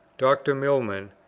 dr. milman,